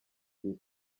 ibiri